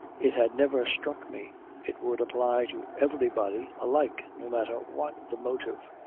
it had never struck me it would apply to everybody alike no matter what the motive,